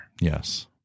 Yes